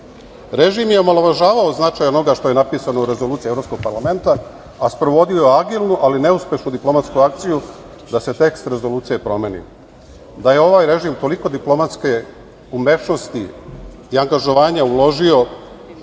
Režim je omalovažavao značaja onoga što je napisano u Rezoluciji Evropskog parlamenta, a sprovodio agilno, ali neuspešnu diplomatsku akciju da se tekst Rezolucije promeni. Da je ovaj režim toliko diplomatske umešnosti i angažovanja uložio